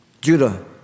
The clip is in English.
Judah